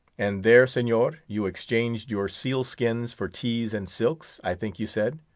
and there, senor, you exchanged your sealskins for teas and silks, i think you said?